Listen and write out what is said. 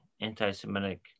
anti-Semitic